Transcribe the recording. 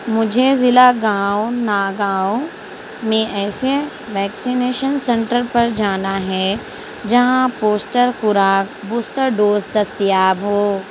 مجھے ضلع گاؤں ناگاؤں میں ایسے ویکسینیشن سنٹر پر جانا ہے جہاں پوسٹر خوراک بوسٹر ڈوز دستیاب ہو